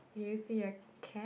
do you see a cat